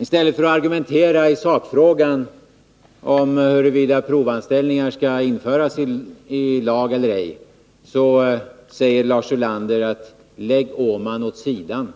I stället för att argumentera i sakfrågan om huruvida provanställningen skall införas i lag eller ej säger Lars Ulander: Lägg Åman åt sidan.